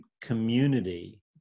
community